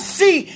see